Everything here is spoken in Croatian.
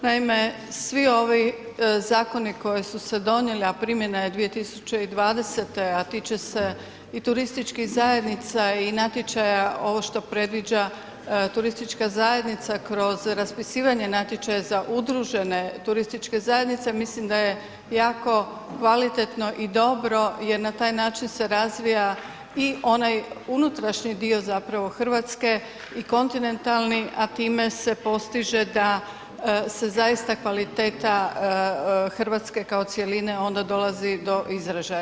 Naime, svi ovi zakoni koji su se donijeli, a primjena je 2020., a tiče se i turističkih zajednica i natječaja, ovo što predviđa turistička zajednica kroz raspisivanje natječaja za udružene turističke zajednice, mislim da je jako kvalitetno i dobro jer na taj način se razvija i ovaj unutrašnji dio zapravo Hrvatske i kontinentalni, a time se postiže da se zaista kvaliteta Hrvatske kao cjeline onda dolazi do izražaja.